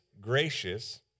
gracious